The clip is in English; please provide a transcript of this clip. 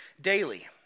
daily